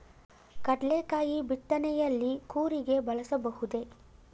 ಕಡ್ಲೆಕಾಯಿ ಬಿತ್ತನೆಯಲ್ಲಿ ಕೂರಿಗೆ ಬಳಸಬಹುದೇ?